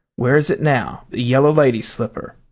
where is it now, the yellow lady's slipper?